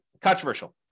controversial